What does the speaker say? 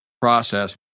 process